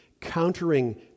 countering